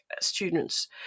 students